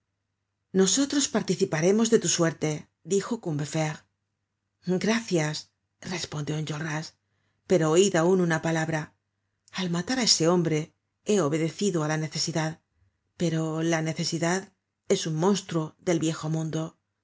nosotros participaremos de tu suerte dijo combeferre gracias respondió enjolras pero oid aun una palabra al matar á ese hombre he obedecido á la necesidad pero la necesidad es un monstruo del viejo mundo la